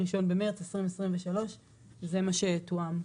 1 במרץ 2023". זה מה שתואם.